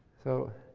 so,